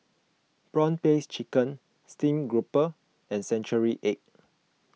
Prawn Paste Chicken Steamed Grouper and Century Egg